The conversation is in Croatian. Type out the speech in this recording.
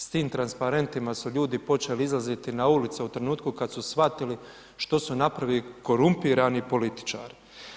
S tim transparentima su ljudi počeli izlaziti na ulicu u trenutku kad su shvatili što su napravili korumpirani političari.